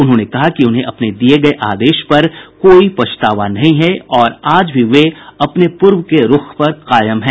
उन्होंने कहा कि उन्हें अपने दिये गये आदेश पर कोई पछतावा नहीं है और आज भी वे अपने पूर्व के रूख पर कायम है